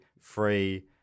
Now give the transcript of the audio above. free